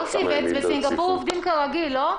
ברסי, בסינגפור עובדים כרגיל, לא?